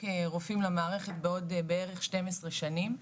כרופאים למערכת בעוד בערך שתיים עשרה שנים,